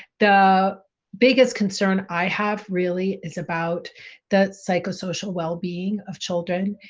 the biggest concern i have really is about the psychosocial well-being of children,